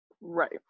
Right